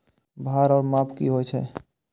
भार ओर माप की होय छै?